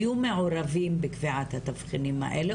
היו מעורבים בקביעת התבחינים האלה,